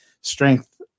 strength